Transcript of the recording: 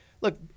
look –